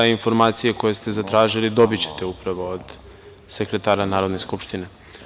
Informacije koje ste zatražili dobićete upravo od sekretara Narodne skupštine.